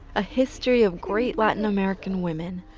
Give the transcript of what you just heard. a history of great latin american women.